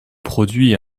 produit